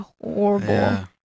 horrible